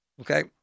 Okay